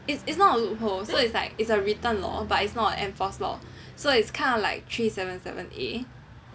it's not it's not a loophole so it's like it's a written law but it's not an enforced law so it's kind of like three seven seven A